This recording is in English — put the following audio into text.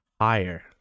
Higher